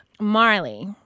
Marley